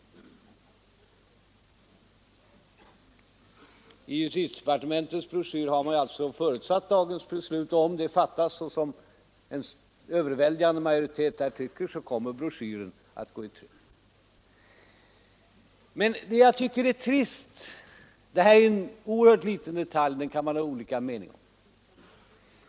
I justitiedepartementets broschyr har man alltså förutsatt dagens beslut, och om det fattas så som en överväldigande majoritet här tycker kommer broschyren att gå i tryck. Här gäller det en oerhört liten detalj, och om den kan man ha olika meningar.